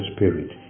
Spirit